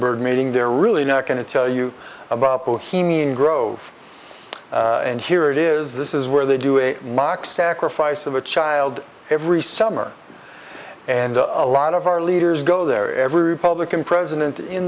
bird meeting they're really not going to tell you about bohemian grove and here it is this is where they do a mock sacrifice of a child every summer and a lot of our leaders go there every republican president in